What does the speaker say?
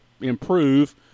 improve